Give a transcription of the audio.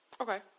okay